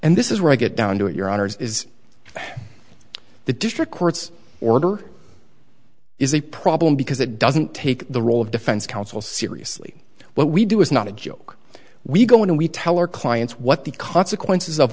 and this is where i get down to it your honor is the district court's order is a problem because it doesn't take the role of defense counsel seriously what we do is not a joke we go in and we tell our clients what the consequences of